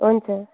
हुन्छ